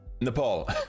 Nepal